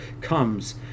comes